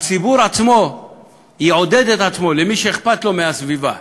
הציבור עצמו יעודד את עצמו, מי שאכפת לו מהסביבה,